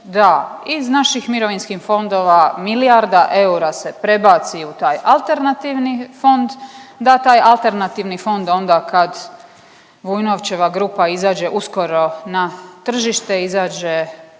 da iz naših mirovinskih fondova milijarda eura se prebaci u taj alternativni fond, da taj alternativni fond da onda kad Vujnovčeva grupa izađe uskoro na tržište, izađe